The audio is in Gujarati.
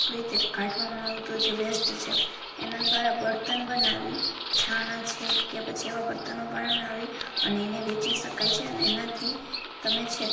રીતે કાઢવામાં આવતો જે વેસ્ટ છે એના દ્વારા બળતણ બનાવી છાણા છે કે પછી એવાં બળતણો બનાવી અને એને વેચી શકાય છે અને એનાથી તમે છે